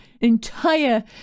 entire